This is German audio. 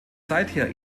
seither